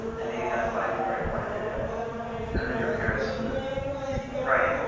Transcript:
and maybe that's why we weren't invited in and then your parents split right.